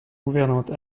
gouvernante